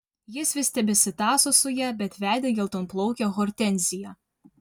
jis vis tebesitąso su ja bet vedė geltonplaukę hortenziją